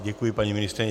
Děkuji, paní ministryně.